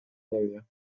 area